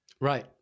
Right